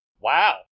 Wow